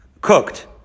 cooked